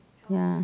ya